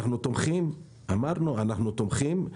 ואמרנו, אנחנו תומכים,